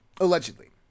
Allegedly